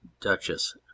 Duchess